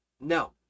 no